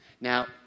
Now